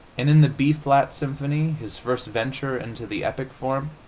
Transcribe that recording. and in the b flat symphony, his first venture into the epic form,